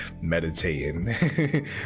Meditating